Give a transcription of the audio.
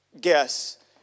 guess